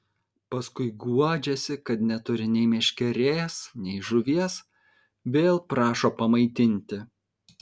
paskui guodžiasi kad neturi nei meškerės nei žuvies vėl prašo pamaitinti